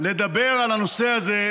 לדבר על הנושא הזה